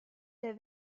der